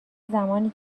زمانی